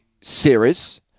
series